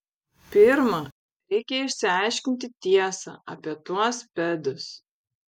pirma reikia išsiaiškinti tiesą apie tuos pedus